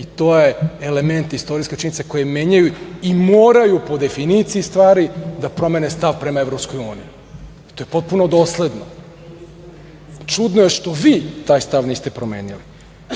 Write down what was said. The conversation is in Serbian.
i to je element istorijske činjenice koje menjaju i moraju po definiciji stvari da promene stav prema Evropskoj Uniji i to je potpuno dosledno, čudno je što vi taj stav niste promenili. Tačno